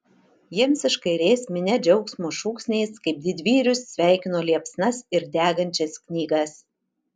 jiems iš kairės minia džiaugsmo šūksniais kaip didvyrius sveikino liepsnas ir degančias knygas